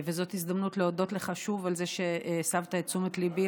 וזאת הזדמנות להודות לך שוב על זה שהסבת את תשומת ליבי